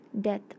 Death